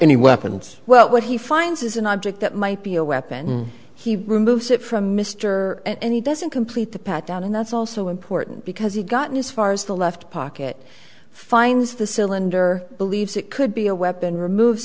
any weapons well what he finds is an object that might be a weapon he removes it from mr and he doesn't complete the pat down and that's also important because he got news far as the left pocket finds the cylinder believes it could be a weapon removes